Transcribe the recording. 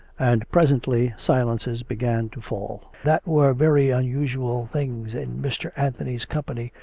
and presently silences began to fall, that were very un usual things in mr. anthony's company,